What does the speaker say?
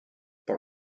but